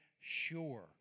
sure